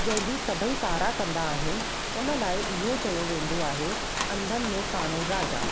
जंहिंजी सभेई सारा कंदा आहिनि उन लाइ इहो चयो वेंदो आहे अंधनि में काणो राजा